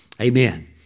Amen